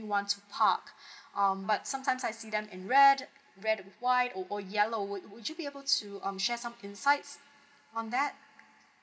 anyone to park um but sometimes I see them in red red with white or yellow would would you be able to um share some insights on that